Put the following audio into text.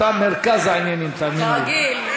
אתה מרכז העניינים, תאמין לי.